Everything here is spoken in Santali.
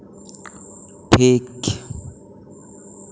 ᱴᱷᱤᱠ